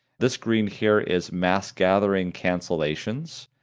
this green here is mass gathering cancellations,